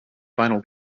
final